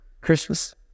christmas